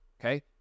Okay